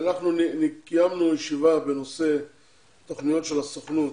אנחנו קיימנו ישיבה בנושא תוכניות של הסוכנות,